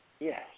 yes